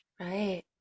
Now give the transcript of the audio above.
right